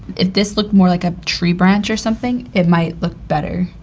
if this looked more like a tree branch or something, it might look better.